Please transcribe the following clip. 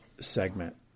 segment